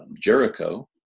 Jericho